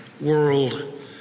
world